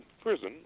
prison